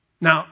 Now